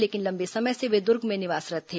लेकिन लंबे समय से वे दुर्ग में निवासरत थे